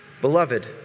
Beloved